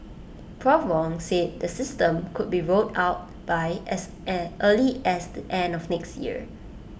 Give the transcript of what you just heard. Prof Wong said the system could be rolled out by as an early as the end of next year